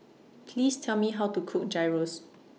Please Tell Me How to Cook Gyros